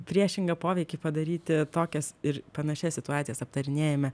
priešingą poveikį padaryti tokias ir panašias situacijas aptarinėjame